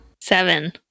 Seven